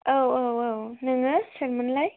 औ औ औ नोङो सोरमोनलाय